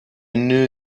knew